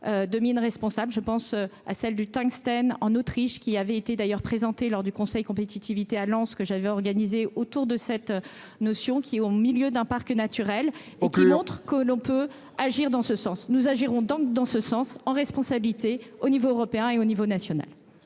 de mines responsable je pense à celle du tungstène, en Autriche, qui avait été d'ailleurs présenté lors du conseil compétitivité à Lens que j'avais organisé autour de cette notion qui est au milieu d'un parc naturel et l'autre que l'on peut agir dans ce sens nous agirons donc dans ce sens en responsabilité au niveau européen et au niveau national.